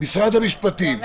משרד המשפטים,